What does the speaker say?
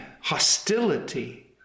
hostility